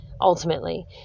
ultimately